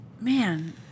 man